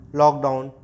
lockdown